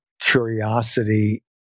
curiosity